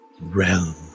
realm